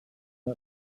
did